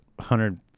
hundred